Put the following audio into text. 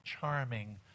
charming